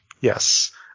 Yes